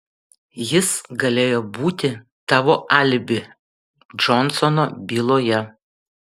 jis galėjo būti tavo alibi džonsono byloje